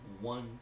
one